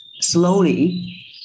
slowly